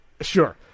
Sure